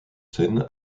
scène